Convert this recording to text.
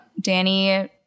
Danny